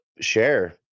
share